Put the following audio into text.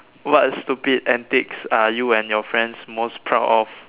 what stupid antics are you and your friends most proud of